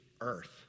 earth